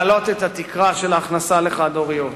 להעלות את התקרה של ההכנסה לחד-הוריות.